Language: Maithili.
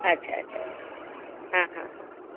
अच्छा अच्छा अच्छा हँ हँ हँ हँ